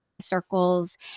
circles